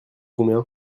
combien